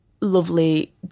lovely